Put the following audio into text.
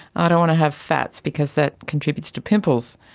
i don't want to have fats because that contributes to pimples.